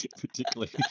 particularly